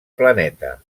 planeta